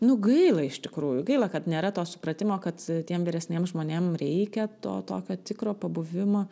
nu gaila iš tikrųjų gaila kad nėra to supratimo kad tiem vyresniem žmonėm reikia to tokio tikro pabuvimo